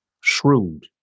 shrewd